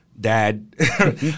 dad